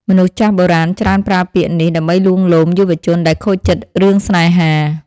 មនុស្សចាស់បុរាណច្រើនប្រើពាក្យនេះ ដើម្បីលួងលោមយុវជនដែលខូចចិត្តរឿងស្នេហា។